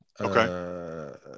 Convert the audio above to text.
Okay